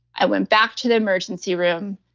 i went back to the emergency room.